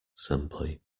simply